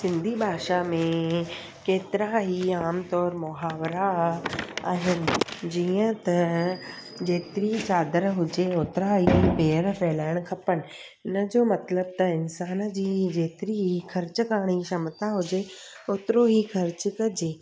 सिंधी भाषा में केतिरा ई आम तौर मुहावरा आहिनि जीअं त जेतिरी चादर हुजे ओतिरा ही पेर फ़ैलाइण खपनि हुनजो मतलबु त इंसान जी जेतिरी ख़र्चु करण जी क्षमता हुजे ओतिरो ई ख़र्चु कजे